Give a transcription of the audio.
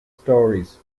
stories